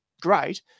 Great